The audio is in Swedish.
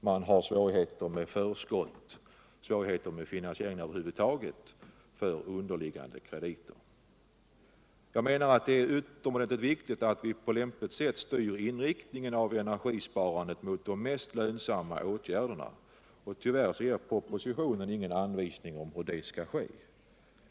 Man har svårigheter med förskott, svårigheter med finansieringen över huvud taget. Jag menar att det är utomordentligt viktigt att vi på lämpligt sätt styr inriktningen av energisparandet mot de mest lönsamma åtgärderna. Tyvärr ger propositionen ingen anvisning om hur detta skall ske.